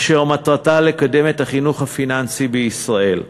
אשר מטרתה לקדם את החינוך הפיננסי בישראל.